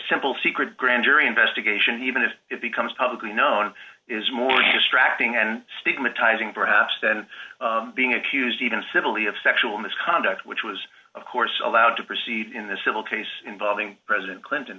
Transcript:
simple secret grand jury investigation even if it becomes publicly known is more distracting and stigmatizing perhaps than being accused even similarly of sexual misconduct which was of course allowed to proceed in the civil case involving president clinton